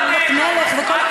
כבוד בת מלך וכל זה,